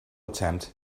attempt